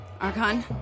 Archon